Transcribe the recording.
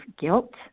guilt